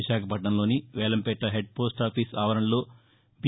విశాఖపట్లణంలోని Velampeta head post office ఆవరణలో B